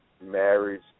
marriage